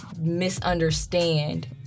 misunderstand